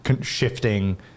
shifting